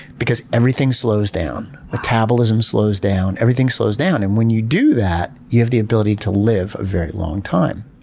because everything slows down. metabolism slows down, everything slows down, and when you do that, you have the ability to live a very long time.